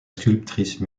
sculptrice